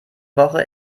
woche